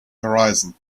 horizon